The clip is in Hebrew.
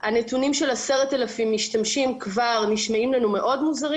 הנתונים של 10,000 משתמשים כבר נשמעים מוזרים.